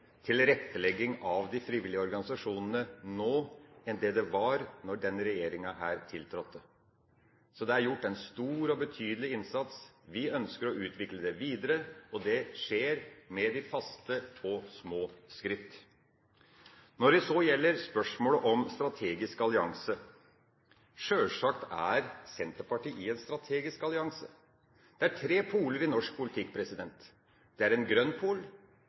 gjort en stor og betydelig innsats. Vi ønsker å utvikle det videre, og det skjer med faste og små skritt. Så til spørsmålet om strategisk allianse: Sjølsagt er Senterpartiet i en strategisk allianse. Det er tre poler i norsk politikk: Det er en grønn pol,